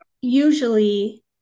usually